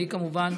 כמובן,